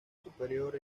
superior